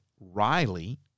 Riley